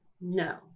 no